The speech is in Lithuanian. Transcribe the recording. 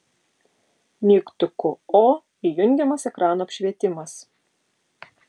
mygtuku o įjungiamas ekrano apšvietimas